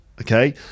Okay